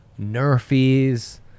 Nerfies